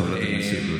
יש נשק, נשק לאזרחים.